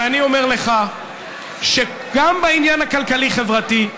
ואני אומר לך שגם בעניין הכלכלי-חברתי,